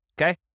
Okay